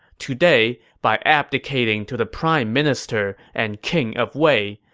today, by abdicating to the prime minister and king of wei,